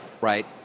Right